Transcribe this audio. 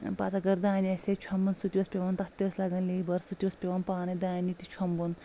پتہٕ اگر دانہِ آسہِ ہا چھۄمبُن سُہ تہِ اوس پیٚوان تتھ تہِ ٲسۍ لگان لیبر سُہ تہِ اوس پیٚوان پانے دانہِ تہِ چھۄمبُن